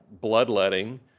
bloodletting